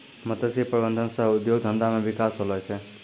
मत्स्य प्रबंधन सह उद्योग धंधा मे बिकास होलो छै